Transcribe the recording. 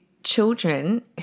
children